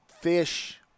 Fish